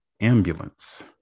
Ambulance